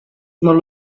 non